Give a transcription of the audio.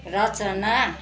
रचना